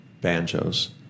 banjos